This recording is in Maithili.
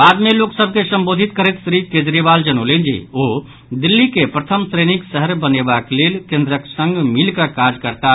बाद मे लोक सभ के संबोधित करैत श्री केजरीवाल जनौलनि जे ओ दिल्ली के प्रथम श्रेणीक शहर बनेबाक लेल केंद्रक संग मिलिकऽ काज करताह